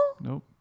Nope